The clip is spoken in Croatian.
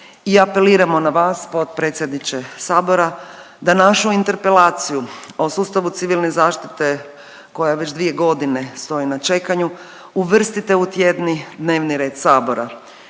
i apeliramo na vas potpredsjedniče sabora da našu interpelaciju o sustavu civilne zaštite koja već dvije godine stoji na čekanju, uvrstite u tjedni dnevni red sabora.